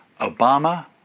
Obama